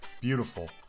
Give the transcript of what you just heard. beautiful